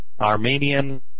Armenian